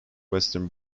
western